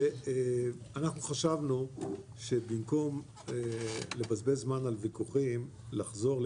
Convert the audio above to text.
ואנחנו חשבנו שבמקום לבזבז זמן על ויכוחים לחזור על